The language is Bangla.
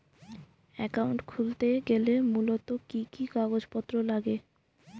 অ্যাকাউন্ট খুলতে গেলে মূলত কি কি কাগজপত্র লাগে?